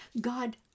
God